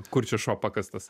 kur čia šuo pakastas